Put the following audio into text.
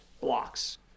blocks